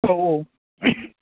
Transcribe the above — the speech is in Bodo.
औ औ